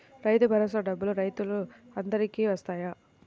రైతు భరోసా డబ్బులు రైతులు అందరికి వస్తాయా?